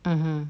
(uh huh)